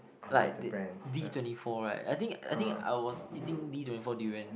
like they D twenty four right I think I think I was eating D twenty four durian